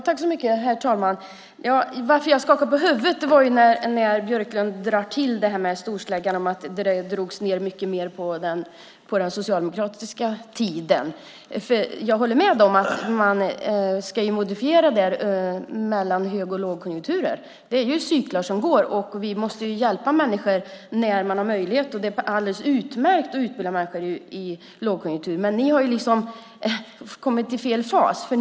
Herr talman! Jag skakade på huvudet när Björklund drog till storsläggan och sade att det drogs ned mycket mer på utbildningen under den socialdemokratiska tiden. Jag håller med om att man ska modifiera den mellan hög och lågkonjunkturer. Det är cyklar som går, och vi måste hjälpa människor när man har möjlighet. Det är alldeles utmärkt att utbilda människor i lågkonjunktur. Men ni har kommit i fel fas.